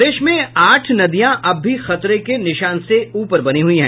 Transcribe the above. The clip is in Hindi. प्रदेश में आठ नदियां अब भी खतरे के निशान से ऊपर बनी हुई है